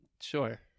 Sure